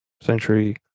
century